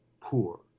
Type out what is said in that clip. poor